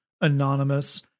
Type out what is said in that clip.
anonymous